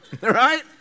Right